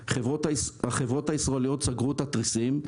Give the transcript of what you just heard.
החברות הישראליות סגרו את התריסים.